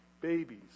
babies